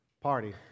Party